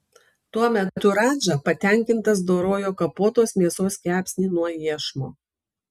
tuo metu radža patenkintas dorojo kapotos mėsos kepsnį nuo iešmo